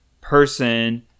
person